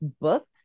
booked